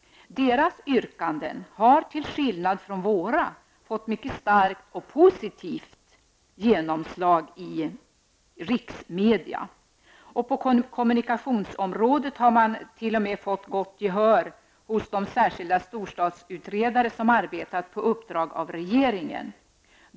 Deras yrkanden har, till skillnad från våra, fått mycket starkt och positivt genomslag i riksmedia. På kommunikationsområdet har man till och med fått gott gehör hos de särskilda storstadsutredare som arbetat på uppdrag av regeringen.